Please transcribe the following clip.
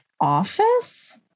Office